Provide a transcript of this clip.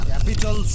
Capital